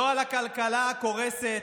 לא על הכלכלה הקורסת,